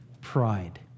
pride